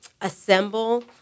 assemble